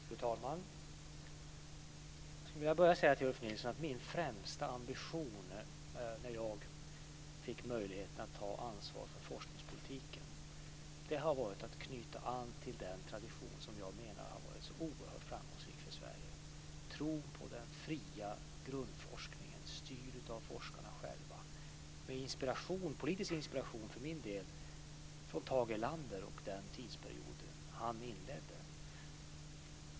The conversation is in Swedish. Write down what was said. Fru talman! Jag skulle vilja börja med att till Ulf Nilsson säga att min främsta ambition när jag fick möjligheten att ta ansvar för forskningspolitiken var att knyta an till den tradition som jag menar har varit så oerhört framgångsrik för Sverige, tron på den fria grundforskningen, styrd av forskarna själva och för min del med politisk inspiration från Tage Erlander och den tidsperiod som han inledde.